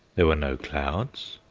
there were no clouds.